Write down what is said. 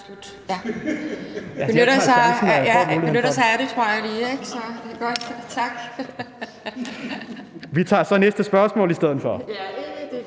Vi tager så næste spørgsmål i stedet for.